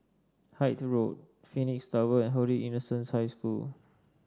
Hythe Road Phoenix Tower and Holy Innocents' High School